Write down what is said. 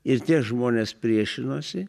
ir tie žmonės priešinosi